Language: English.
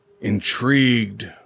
intrigued